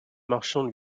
marchand